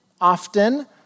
often